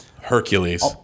Hercules